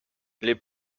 les